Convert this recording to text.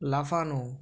লাফানো